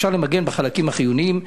אפשר למגן בחלקים החיוניים.